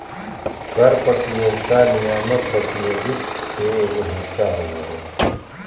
कर प्रतियोगिता नियामक प्रतियोगित के एगो हिस्सा होबा हइ